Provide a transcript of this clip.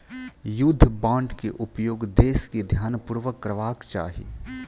युद्ध बांड के उपयोग देस के ध्यानपूर्वक करबाक चाही